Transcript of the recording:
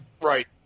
Right